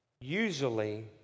usually